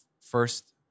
first